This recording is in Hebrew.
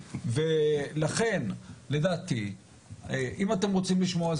ולכן לדעתי אם אתם רוצים לשמוע,